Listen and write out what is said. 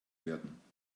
werden